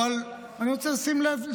אבל אני רוצה שישימו לב,